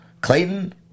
Clayton